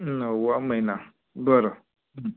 नववा महिना बरं